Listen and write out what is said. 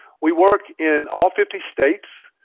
we work in all fifty states.